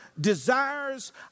desires